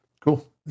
Cool